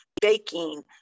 baking